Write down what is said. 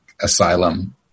asylum